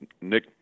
Nick